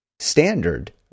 Standard